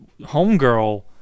Homegirl